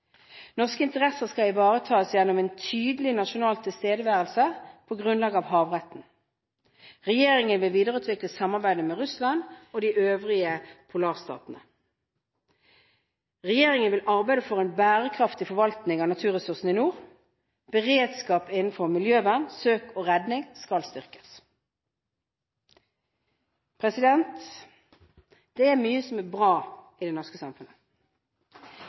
Norske interesser skal ivaretas gjennom en tydelig nasjonal tilstedeværelse og på grunnlag av havretten. Regjeringen vil videreutvikle samarbeidet med Russland og de øvrige polarstatene. Regjeringen vil arbeide for en bærekraftig forvaltning av naturressursene i nord. Beredskap innenfor miljøvern, søk og redning skal styrkes. Det er mye som er bra i det norske samfunnet.